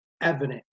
evident